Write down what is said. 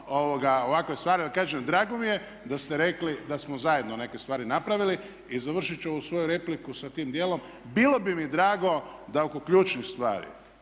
ovakve stvari. Ali kažem, drago mi je da ste rekli da smo zajedno neke stvari napravili. I završit ću ovu svoju repliku sa tim dijelom. Bilo bi mi drago da oko ključnih stvari